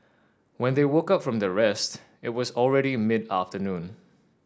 when they woke up from their rest it was already mid afternoon